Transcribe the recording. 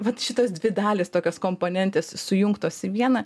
vat šitas dvi dalys tokios komponentės sujungtos į vieną